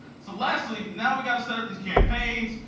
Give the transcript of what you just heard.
so lastly, now we got to set up these campaigns,